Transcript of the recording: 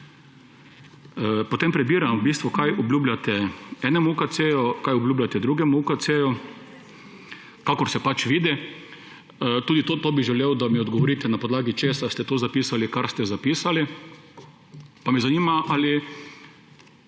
Potem prebiram, kaj obljubljate enemu UKC, kaj obljubljate drugemu UKC, kakor se pač vidi. Tudi to bi želel, da mi odgovorite, na podlagi česa ste to zapisali, ker ste zapisali. Pa me zanima, ali